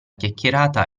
chiacchierata